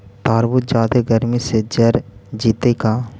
तारबुज जादे गर्मी से जर जितै का?